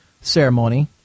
ceremony